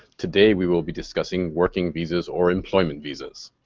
today we will be discussing working visas or employment visas.